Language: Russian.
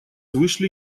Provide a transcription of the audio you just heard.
вышли